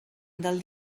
del